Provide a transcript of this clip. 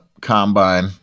combine